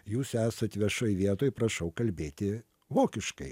jūs esat viešoj vietoj prašau kalbėti vokiškai